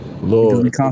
Lord